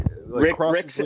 Rick